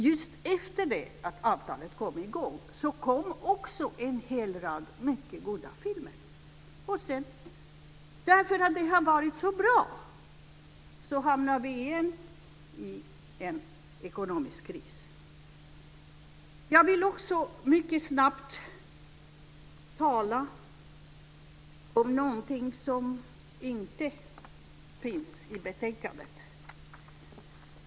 Just efter det att avtalet kom i gång kom också en hel rad mycket goda filmer. Sedan hamnade man i en ekonomisk kris igen just därför att det hade varit så bra. Jag vill också mycket snabbt tala om någonting som inte finns i betänkandet.